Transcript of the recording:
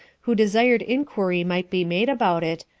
who desired inquiry might be made about it,